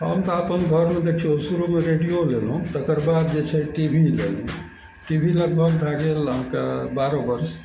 हम तऽ अपन घरमे देखियौ शुरूमे रेडियो लेलहुँ तकर बाद जे छै टी वी लेलहुँ टी वी लगभग भए गेल अहाँके बारह वर्ष